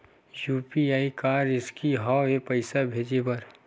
UPI का रिसकी हंव ए पईसा भेजे बर?